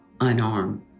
unarmed